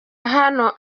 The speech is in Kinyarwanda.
hano